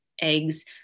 eggs